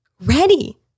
ready